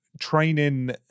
Training